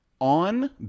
on